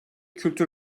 kültür